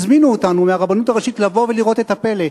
הזמינו אותנו מהרבנות הראשית לבוא לראות את הפלא.